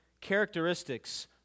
characteristics